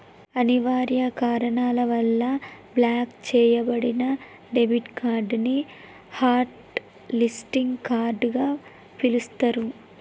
అనివార్య కారణాల వల్ల బ్లాక్ చెయ్యబడిన డెబిట్ కార్డ్ ని హాట్ లిస్టింగ్ కార్డ్ గా పిలుత్తరు